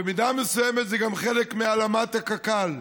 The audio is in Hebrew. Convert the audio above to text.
במידה מסוימת זה גם חלק מהעלמת הקק"ל.